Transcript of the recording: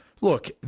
look